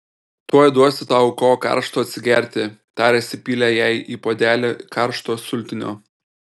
tuoj duosiu tau ko karšto atsigerti taręs įpylė jai į puodelį karšto sultinio